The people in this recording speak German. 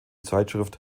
zeitschrift